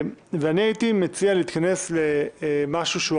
אתה בעצם מקבל הקדמה של חצי מן המימון השוטף שלך